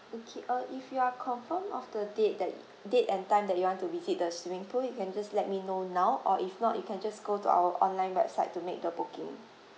okay uh if you are confirm of the date that y~ date and time that you want to visit the swimming pool you can just let me know now or if not you can just go to our online website to make the booking